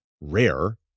rare